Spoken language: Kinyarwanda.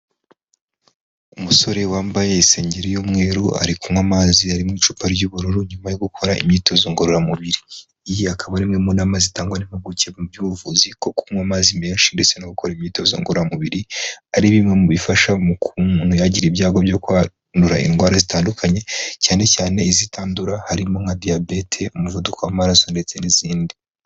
Umusore wambaye isengeri y'umweru ari kunywa amazi ari mu icupa ry'ubururu nyuma yo gukora imyitozo ngororamubiri, iyi akaba ari imwe mu nama zitangwa n'impimpuguke mu by'ubuvuzi ko kunywa amazi menshi ndetse no gukora imyitozo ngororamubiri ari bimwe mu bifasha mu umuntu atagira ibyago byo kwandura indwara zitandukanye cyane cyane izitandura harimo nka diyabete,e umuvuduko w'amaraso ndetse n'izindi.